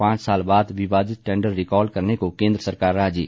पांच साल बाद विवादित टेंडर रिकॉल करने को केंद्र सरकार राजी